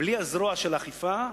בלי הזרוע של אכיפה,